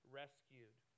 rescued